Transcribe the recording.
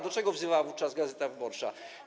Do czego wzywała wówczas „Gazeta Wyborcza”